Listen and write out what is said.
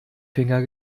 finger